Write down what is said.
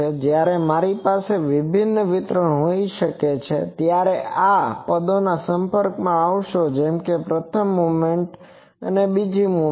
જયારે મારી પાસે વિભિન્ન વિતરણ હોઈ ત્યારે તમે આ પદોના સંપર્કમાં આવશો જેમ કે પ્રથમ મોમેન્ટ અને બીજી મોમેન્ટ